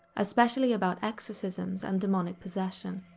especially about exorcisms and demonic possession.